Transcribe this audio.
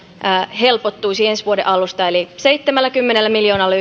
helpottuisi eli ensi vuoden alusta yhteensä seitsemälläkymmenellä miljoonalla